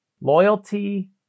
Loyalty